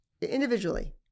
individually